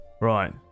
Right